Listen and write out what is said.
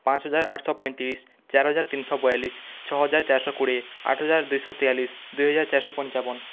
ପାଞ୍ଚ୍ ହଜାର୍ ଆଠଶ ପଇଁତିରିଶ୍ ଚାର୍ ହଜାର ତିନିଶ୍ ବାୟାଲିଶ୍ ଛଅ ହଜାର୍ ଚାରଶ କୋଡ଼ିଏ ଆଠ ହଜାର୍ ଦୁଇଶ ତେୟାଲିଶ୍ ଦୁଇ ହାଜର୍ ଚାରଶ ପଞ୍ଚାବନ୍